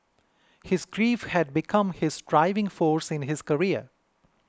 his grief had become his driving force in his career